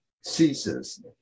ceases